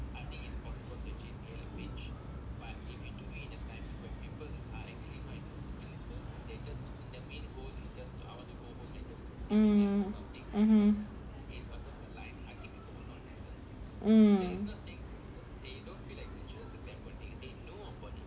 um mmhmm um